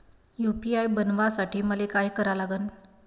UPI बनवासाठी मले काय करा लागन?